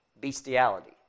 bestiality